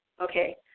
Okay